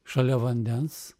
šalia vandens